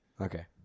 Okay